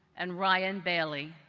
and ryan bailey,